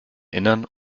innern